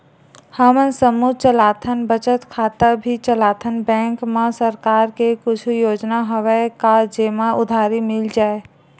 हमन समूह चलाथन बचत खाता भी चलाथन बैंक मा सरकार के कुछ योजना हवय का जेमा उधारी मिल जाय?